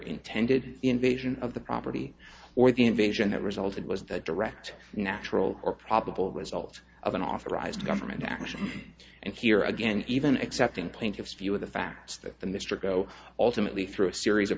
intended invasion of the property or the invasion that resulted was the direct natural or probable result of an authorized government action and here again even accepting plaintiff's view of the facts that the mr go alternately through a series of